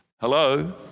Hello